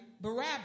Barabbas